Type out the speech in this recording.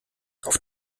auf